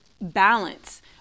balance